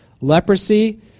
leprosy